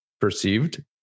perceived